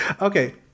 Okay